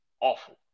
awful